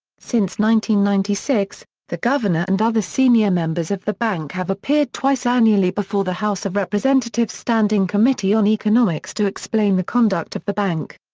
ninety ninety six, the governor and other senior members of the bank have appeared twice annually before the house of representatives standing committee on economics to explain the conduct of the bank.